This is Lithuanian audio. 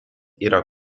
yra